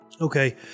Okay